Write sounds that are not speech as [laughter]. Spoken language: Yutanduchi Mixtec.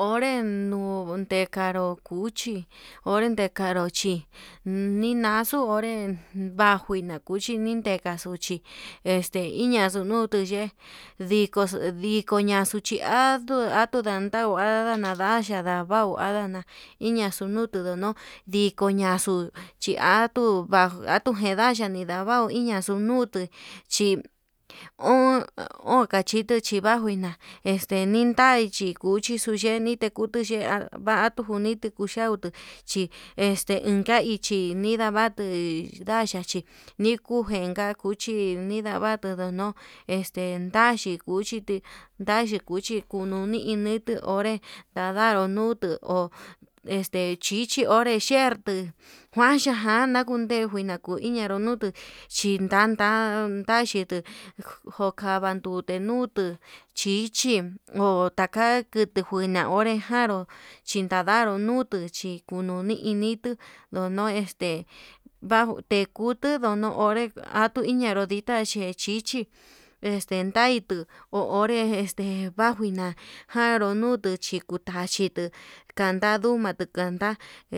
Onré no'o tekanru cuchi, onré ndekadun chí ninaxuu onrén bajui ninakuchin nin ndekaxuchi, este iñaxu kutu yee ndikoxu ndikoñaxi achua anduu an [hesitation] n ndau hada nanaxia navau aña inaxunutu nuno, ndigoñaxu xhiatuu va'a vatukedaxia nina va'o ñinaxu nutuu chí ongan chitu chivaguu ina intai chiko, uchixu yeni nikutu chi avatu njunito uxhiatu chi este inka nichi ninda'a vatui nda ndachí nikujenka cuchi, nidavatu nino'o este naxhi kuchiti, nayii kuchi kununi ndii onré nadadu nuu ho este chichi ho onre cherto kuaxha kuan nakundegunu uhi ñanruu nutuu chintantan naxhitu chikava ndute, nutuu chichi otaka kutu nguina onré jánru chindadanru nutuu chikunu inituu ndono este banju tikutu ndono'o onre atuño inanru ditá xhe chichi este ndaituu ho onré este njuajina, janru nutu chiku tachituu kanda nduma tuu kata